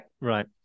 Right